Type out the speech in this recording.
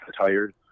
tired